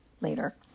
later